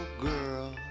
girl